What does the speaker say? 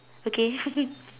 okay